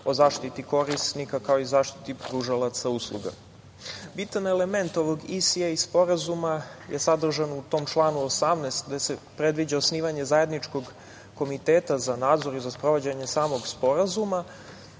o zaštiti korisnika, kao i zaštiti pružalaca usluga. Bitan element ovog ISA Sporazuma je sadržan u tom članu 18. gde se predviđa osnivanje zajedničkog komiteta za nadzor i za sprovođenje samog sporazuma. Taj